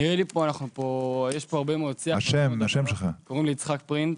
קוראים לי יצחק פרינץ.